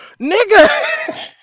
Nigga